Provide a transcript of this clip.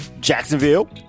Jacksonville